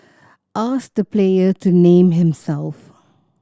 ask the player to name himself